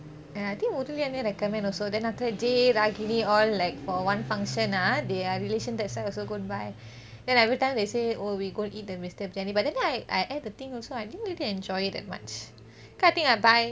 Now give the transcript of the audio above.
and I think murali அண்ணன்:annen recommend also then other then after that jay ragini all like for one function ah their relation that side also go and buy then everytime they say oh we go eat the mister briyani but that time I I ate the thing also I didn't really enjoy it that much because I think I buy